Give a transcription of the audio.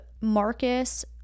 Marcus